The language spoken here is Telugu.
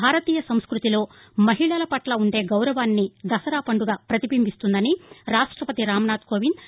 భారతీయ సంస్భతిలో మహిళల పట్ల ఉండే గౌరవాన్ని దసరా పండుగ ప్రతిబింబిస్తుందని రాష్టపతి రాం నాథ్ కోవింద్